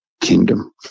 kingdom